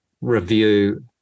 review